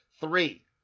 three